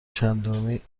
چندین